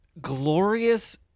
glorious